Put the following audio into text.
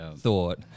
thought